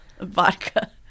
vodka